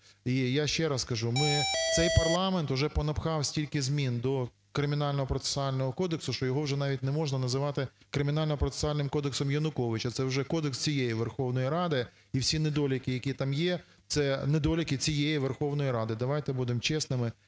І я ще раз кажу, цей парламент вже понапхав стільки змін до Кримінально-процесуального кодексу, що його вже навіть не можна називати Кримінально-процесуальним кодексом Януковича, це вже кодекс цієї Верховної Ради. І всі недоліки, які там є, це недоліки цієї Верховної Ради, давайте будемо чесними